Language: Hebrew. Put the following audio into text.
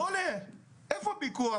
איפה הפיקוח?